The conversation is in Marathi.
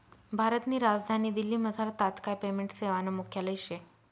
भारतनी राजधानी दिल्लीमझार तात्काय पेमेंट सेवानं मुख्यालय शे